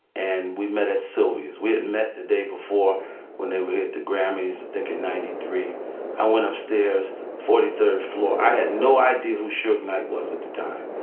and we met at sylvia's. we had met the day before when they were here at the grammys. i think in ninety three i went upstairs forty third floor. i had no idea who showed knight was at the time.